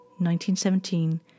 1917